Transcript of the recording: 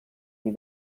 die